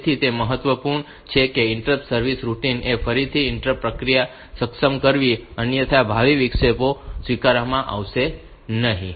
તેથી તે મહત્વપૂર્ણ છે કે ઇન્ટરપ્ટ સર્વિસ રૂટિનએ ફરીથી ઇન્ટરપ્ટ પ્રક્રિયા સક્ષમ કરવી અન્યથા ભાવિ વિક્ષેપો સ્વીકારવામાં આવશે નહીં